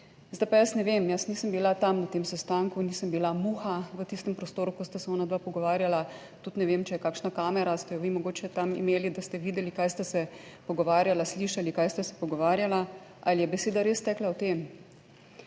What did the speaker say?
Zdaj pa jaz ne vem, jaz nisem bila tam na tem sestanku, nisem bila muha v tistem prostoru, ko sta se onadva pogovarjala, tudi ne vem, če je kakšna kamera. Ste jo vi mogoče tam imeli, da ste videli kaj sta se pogovarjala, slišali kaj sta se pogovarjala? Ali je beseda res tekla o tem?